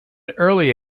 early